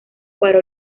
para